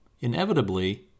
Inevitably